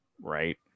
right